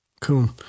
cool